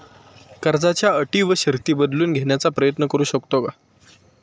कर्जाच्या अटी व शर्ती बदलून घेण्याचा प्रयत्न करू शकतो का?